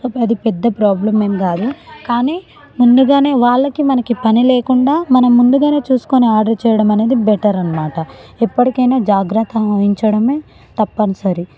అది పెద్ద ప్రాబ్లెమ్ ఏం కాదు కానీ ముందుగానే వాళ్ళకి మనకి పని లేకుండా మనం ముందుగానే చూసుకొనే ఆర్డర్ చేయడం అనేది బెటర్ అన్నమాట ఎప్పటికైనా జాగ్రత్త వహించడమే తప్పనిసరి